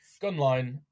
Gunline